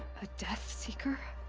a death-seeker?